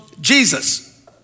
Jesus